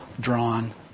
drawn